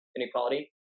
inequality